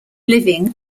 living